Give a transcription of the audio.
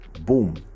boom